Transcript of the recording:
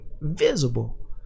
visible